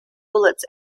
bullets